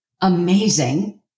amazing